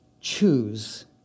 choose